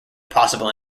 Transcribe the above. possible